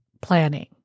planning